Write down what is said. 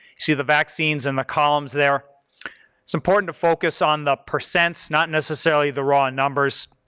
see the vaccines in the columns there. it's important to focus on the percents, not necessarily the raw numbers.